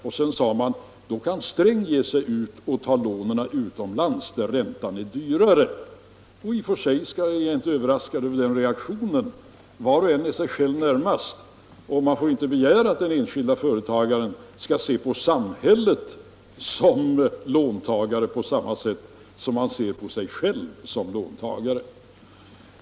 Man sade: Då kan Sträng ge sig ut och ta lån utomlands, där räntan är högre. I och för sig är jag inte överraskad över den reaktionen. Var och en är sig själv närmast. Man får inte begära att den enskilde företagaren skall se på samhället som lånare på samma sätt som han ser på sig själv som lånare.